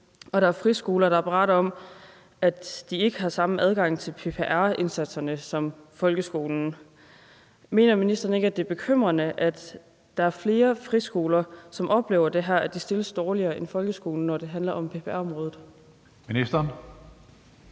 Og der er friskoler, der beretter om, at de ikke har samme adgang til PPR-indsatserne som folkeskolerne. Mener ministeren ikke, at det er bekymrende, at der er flere friskoler, der oplever, at de stilles dårligere end folkeskolerne, når det handler om PPR-området? Kl.